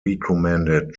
recommended